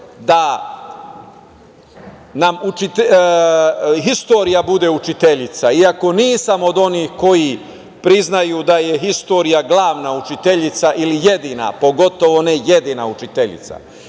da nam istorija bude učiteljica, iako nisam od onih koji priznaju da je istorija glavna učiteljica ili jedina, pogotovo ne jedina učiteljica,